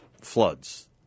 floods